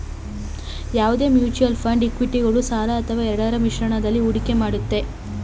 ಯಾವುದೇ mutual fund ಇಕ್ವಿಟಿಗಳು ಸಾಲ ಅಥವಾ ಎರಡರ ಮಿಶ್ರಣದಲ್ಲಿ ಹೂಡಿಕೆ ಮಾಡುತ್ತೆ